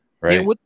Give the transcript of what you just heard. right